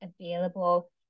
available